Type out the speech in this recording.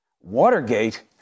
Watergate